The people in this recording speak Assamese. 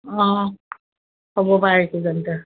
অঁ হ'ব পাৰে